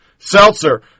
Seltzer